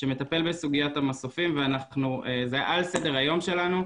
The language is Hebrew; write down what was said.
שמטפל בסוגית המסופים ועל סדר היום שלנו,